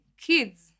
Kids